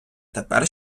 тепер